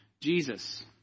Jesus